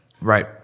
Right